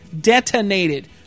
detonated